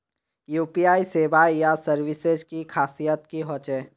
UPI सेवाएँ या services की खासियत की होचे?